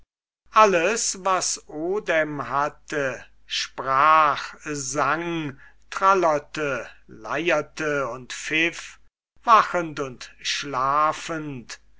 alles was odem hatte sprach sang trallerte leierte und pfiff wachend und schlafend